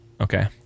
Okay